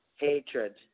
Hatred